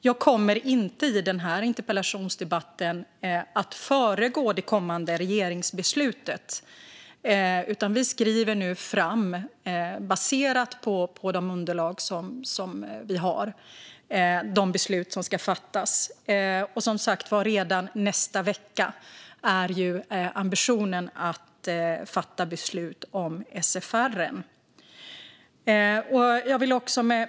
Jag kommer inte i den här interpellationsdebatten att föregå det kommande regeringsbeslutet. Vi skriver nu, baserat på de underlag som vi har, fram de beslut som ska fattas. Ambitionen är som sagt att redan nästa vecka fatta beslut om SFR:en.